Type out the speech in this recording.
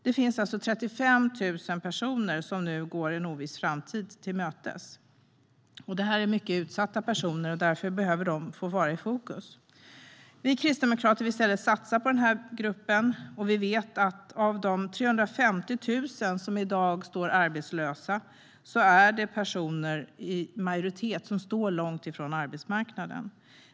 Det finns 35 000 personer som nu går en oviss framtid till mötes. Det är mycket utsatta personer, och därför behöver de få vara i fokus. Vi kristdemokrater vill i stället satsa på denna grupp. Vi vet att av de 350 000 som i dag är arbetslösa är majoriteten personer som står långt ifrån arbetsmarknaden.